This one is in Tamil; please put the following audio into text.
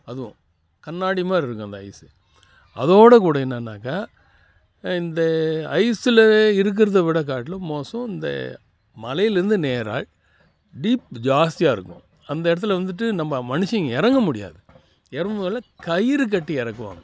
அதுவும் கண்ணாடி மாதிரி இருக்கும் அந்த ஐஸ் அதோடு கூட என்னானாக்க இந்த ஐஸ்ஸில் இருக்கிறத விட காட்டிலும் மோசம் இந்த மலையிலிருந்து நேராக டீப் ஜாஸ்தியாக இருக்கும் அந்த இடத்துல வந்துட்டு நம்ம மனுஷங்க இறங்கமுடியாது இறங்க போதெல்லாம் கயிறு கட்டி இறக்குவாங்க